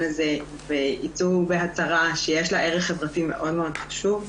הזה וייצאו בהצהרה שיש לה ערך חברתי מאוד מאוד חשוב,